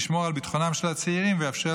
ישמור על ביטחונם של הצעירים ויאפשר